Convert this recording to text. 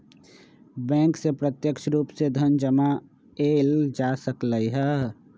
bank से प्रत्यक्ष रूप से धन जमा एइल जा सकलई ह